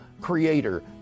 creator